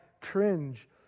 cringe